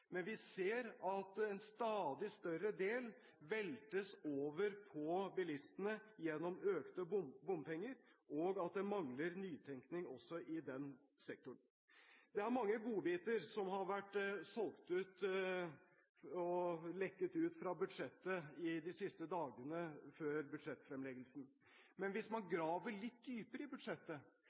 men vi ser at en stadig større del veltes over på bilistene gjennom økte bompenger, og at man mangler nytenkning, også i den sektoren. Det er mange godbiter som har vært solgt ut og lekket ut fra budsjettet de siste dagene før budsjettfremleggelsen. Men hvis man graver litt dypere i budsjettet,